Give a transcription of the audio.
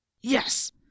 Yes